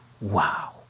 wow